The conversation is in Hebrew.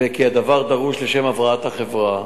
וכי הדבר דרוש לשם הבראת החברה.